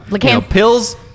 pills